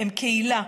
הם קהילה,